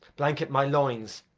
blanket my loins,